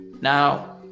Now